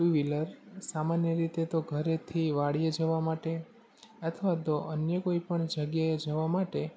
two wheeler સામાન્ય રીતે તો ઘરેથી વાડીએ જવા માટે અથવા તો અન્ય કોઈ પણ જગ્યાએ જવા માટે